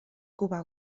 cuba